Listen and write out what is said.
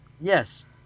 Yes